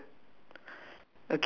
her skirt uh grey colour